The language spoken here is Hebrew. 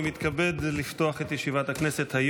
אני מתכבד לפתוח את ישיבת הכנסת.